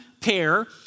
pair